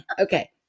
okay